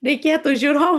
reikėtų žiūrovui